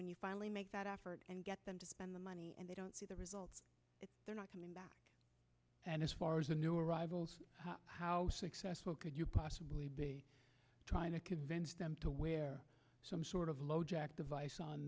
when you finally make that effort and get them to spend the money and they don't see the results they're not coming back and as far as the new arrivals how successful could you possibly be trying to convince them to wear some sort of low jack device o